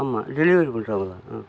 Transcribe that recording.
ஆமாம் டெலிவெரி பண்றவங்கதான்